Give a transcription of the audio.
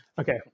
Okay